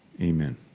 Amen